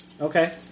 Okay